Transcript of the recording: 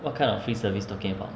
what kind of free service talking about